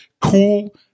cool